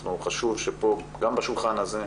חשוב שפה גם בשולחן הזה,